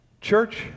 church